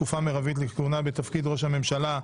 (תקופה מרבית לכהונה בתפקיד ראש הממשלה)